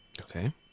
Okay